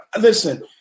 Listen